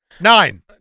Nine